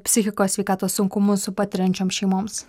psichikos sveikatos sunkumus patiriančioms šeimoms